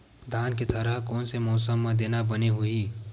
धान के थरहा कोन से मौसम म देना बने होही?